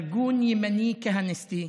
ארגון ימני כהניסטי.